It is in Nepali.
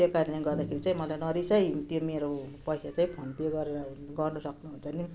त्यो कारणले गर्दाखेरि चाहिँ मलाई नरिसाई त्यो मेरो पैसा चाहिँ फोन पे गरेर गर्न सक्नुहुन्छ भने